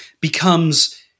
becomes